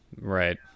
right